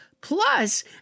Plus